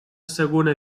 segona